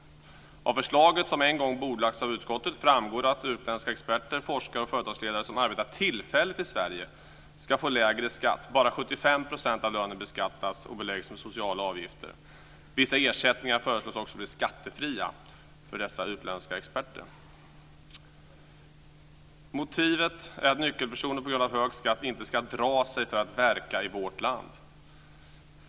Av förslaget, som en gång bordlagts av utskottet, framgår att utländska experter, forskare och företagsledare som arbetar tillfälligt i Sverige ska få lägre skatt. Bara 75 % av lönen ska beskattas och beläggas med sociala avgifter. Också vissa ersättningar föreslås bli skattefria för dessa utländska experter. Motivet är att nyckelpersoner inte på grund av hög skatt ska dra sig för att verka i vårt land.